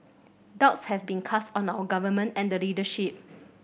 doubts have been cast on our Government and the leadership